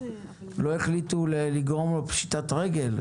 לא החליטו לגרום לו לפשיטת רגל.